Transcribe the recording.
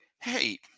hey